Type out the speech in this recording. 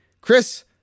Chris